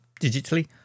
digitally